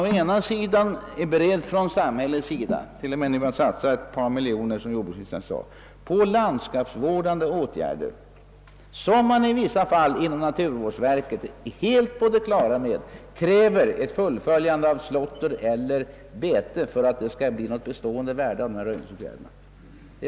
Å ena sidan är man beredd att satsa på landskapsvårdande åtgärder — samhället har bl.a., såsom jordbruksministern sade, nu satsat ett par miljoner på röjningsåtgärder.